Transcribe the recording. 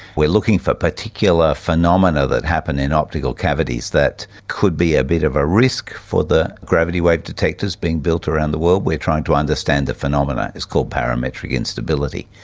we're looking for particular phenomena that happen in optical cavities that could be a bit of a risk for the gravity wave detectors being built around the world. we're trying to understand the phenomena, it's called parametric instability.